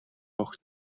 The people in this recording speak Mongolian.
огт